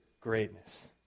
greatness